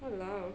!walao!